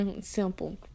simple